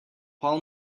paul